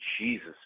Jesus